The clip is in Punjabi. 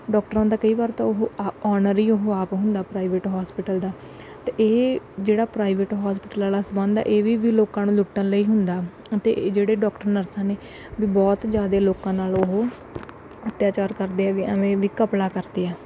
ਡਾਕਟਰਾਂ ਦਾ ਕਈ ਵਾਰ ਤਾਂ ਉਹ ਆ ਆਨਰ ਹੀ ਉਹ ਆਪ ਹੁੰਦਾ ਪ੍ਰਾਈਵੇਟ ਹੋਸਪਿਟਲ ਦਾ ਅਤੇ ਇਹ ਜਿਹੜਾ ਪ੍ਰਾਈਵੇਟ ਹੋਸਪਿਟਲ ਵਾਲਾ ਸੰਬੰਧ ਹੈ ਇਹ ਵੀ ਵੀ ਲੋਕਾਂ ਨੂੰ ਲੁੱਟਣ ਲਈ ਹੁੰਦਾ ਅਤੇ ਜਿਹੜੇ ਡਾਕਟਰ ਨਰਸਾਂ ਨੇ ਵੀ ਬਹੁਤ ਜ਼ਿਆਦਾ ਲੋਕਾਂ ਨਾਲ ਉਹ ਅੱਤਿਆਚਾਰ ਕਰਦੇ ਹੈ ਵੀ ਐਵੇਂ ਵੀ ਘਪਲਾ ਕਰਦੇ ਆ